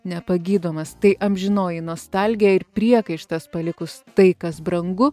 nepagydomas tai amžinoji nostalgija ir priekaištas palikus tai kas brangu